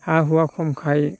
हा हुआ खमखाय